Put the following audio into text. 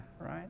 Right